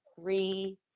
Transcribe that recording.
three